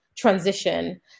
transition